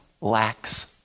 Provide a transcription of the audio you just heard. lacks